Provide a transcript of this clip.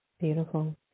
Beautiful